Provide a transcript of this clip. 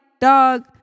dog